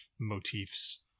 motifs